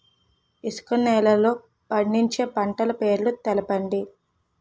ఇసుక నేలల్లో పండించే పంట పేర్లు తెలపండి?